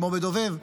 כמו בדוב"ב,